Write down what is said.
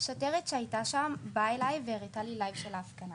שוטרת שהייתה שם באה אליי והראתה לי לייב של ההפגנה.